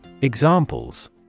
Examples